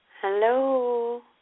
Hello